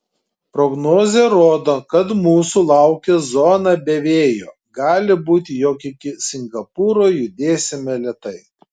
prognozė rodo kad mūsų laukia zona be vėjo gali būti jog iki singapūro judėsime lėtai